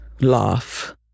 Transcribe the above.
laugh